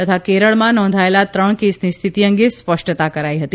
તથા કેરળમાં નોંધાયેલા ત્રણ કેસની સ્થિતિ અંગે સ્પષ્ટતા કરાઈ હતી